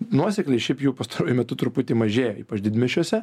nuosekliai šiaip jau pastaruoju metu truputį mažėja ypač didmiesčiuose